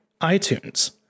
iTunes